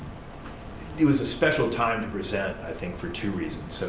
it was a special time to present i think for two reasons. so